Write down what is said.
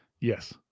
Yes